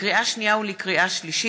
לקריאה שנייה ולקריאה שלישית: